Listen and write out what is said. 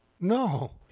No